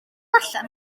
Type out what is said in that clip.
allan